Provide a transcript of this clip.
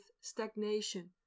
stagnation